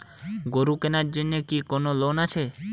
গরু কেনার জন্য কি কোন লোন আছে?